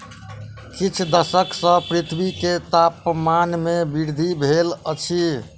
किछ दशक सॅ पृथ्वी के तापमान में वृद्धि भेल अछि